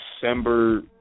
December